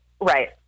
right